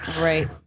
Right